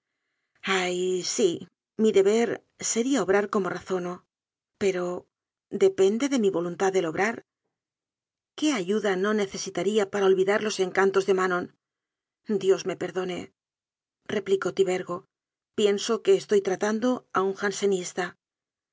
ay sí mi deber sería obrar como razono pero depende de mi voluntad el obrar qué ayuda no necesi taría para olvidar los encantos de manon dios me perdonereplicó tibergo pienso que estoy tratando a un jansenista